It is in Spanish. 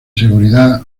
seguridad